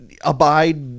abide